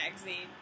magazine